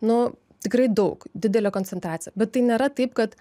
nu tikrai daug didelė koncentracija bet tai nėra taip kad